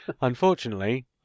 Unfortunately